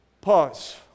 Pause